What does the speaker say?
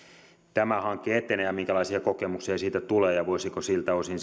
tämä hanke etenee ja minkälaisia kokemuksia siitä tulee ja voisiko siltä osin